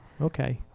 okay